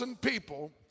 people